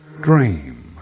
Dream